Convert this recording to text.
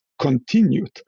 continued